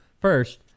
First